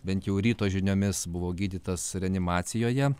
bent jau ryto žiniomis buvo gydytas reanimacijoje